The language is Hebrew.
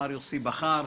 מר יוסי בכר,